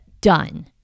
done